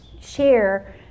share